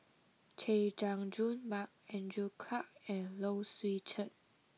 Chay Jung Jun Mark Andrew Clarke and Low Swee Chen